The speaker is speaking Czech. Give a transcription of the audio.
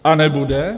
A nebude.